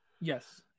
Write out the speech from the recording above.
Yes